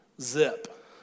Zip